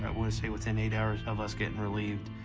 i want to say within eight hours of us getting relieved,